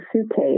suitcase